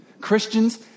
Christians